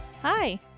Hi